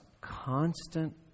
constant